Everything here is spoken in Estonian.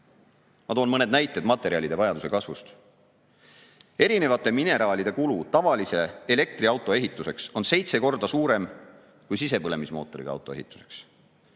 toon mõned näited materjalide vajaduse kasvust. Erinevate mineraalide kulu tavalise elektriauto ehituseks on seitse korda suurem kui sisepõlemismootoriga auto ehituseks.